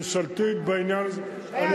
ממשלתית, בעניין הזה.